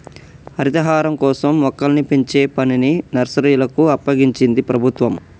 హరితహారం కోసం మొక్కల్ని పెంచే పనిని నర్సరీలకు అప్పగించింది ప్రభుత్వం